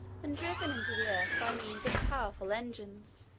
and driven into the earth by means of powerful engines.